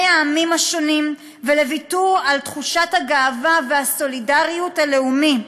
העמים השונים ולוויתור על תחושת הגאווה והסולידריות הלאומית,